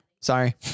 sorry